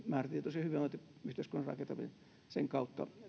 määrätietoisen hyvinvointiyhteiskunnan rakentamisen kautta